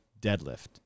deadlift